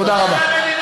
תודה רבה.